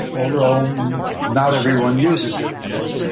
although not everyone uses it, of course,